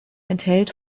enthält